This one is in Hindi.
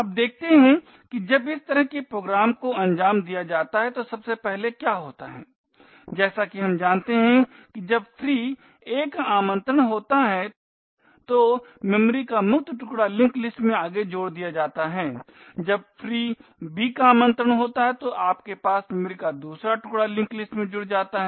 अब देखते हैं कि जब इस तरह के प्रोग्राम को अंजाम दिया जाता है तो सबसे पहले क्या होता है जैसा कि हम जानते हैं कि जब free a का आमंत्रण होता है तो मेमोरी का मुक्त टुकड़ा लिंक लिस्ट में आगे जोड़ दिया जाता है जब free b का आमंत्रण होता है तो आपके पास मेमोरी का दूसरा टुकड़ा लिंक लिस्ट में जुड़ जाता है